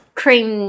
cream